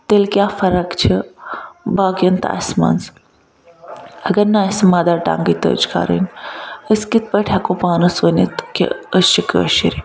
تیٚلہِ کیاہ فَرَکھ چھِ باقیَن تہٕ اَسہِ مَنٛز اگر نہٕ اَسہِ مَدَر ٹَنٛگے تٔج کَرٕنۍ أسۍ کِتھ پٲٹھۍ ہیٚکو پانَس ؤنِتھ کہ أسۍ چھِ کٲشٕر